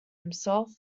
himself